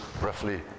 roughly